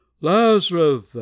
Lazarus